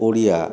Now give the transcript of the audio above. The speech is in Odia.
ଓଡ଼ିଆ